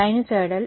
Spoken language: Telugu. సైనుసోయిడల్